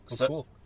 Cool